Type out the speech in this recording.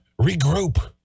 regroup